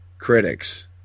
critics